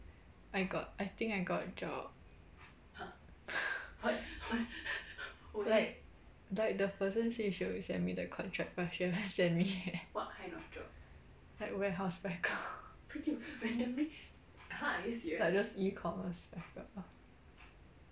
I got I think I got a job like like the person say she will send me the contract but she haven't send me eh like warehouse packer like those e-commerce packer